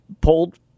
pulled